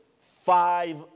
five